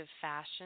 fashion